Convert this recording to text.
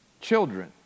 children